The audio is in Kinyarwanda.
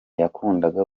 yakundaga